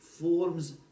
forms